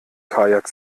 kajak